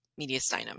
mediastinum